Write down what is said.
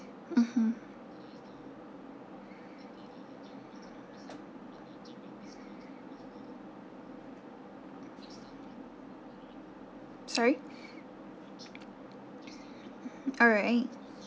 mmhmm sorry alright